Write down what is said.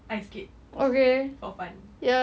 ice skate for fun